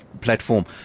platform